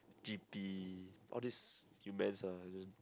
g_p all this humans ah I mean